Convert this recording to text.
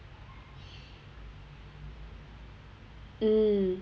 mm